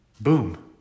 Boom